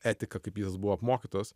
etika kaip jis buvo apmokytas